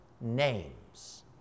names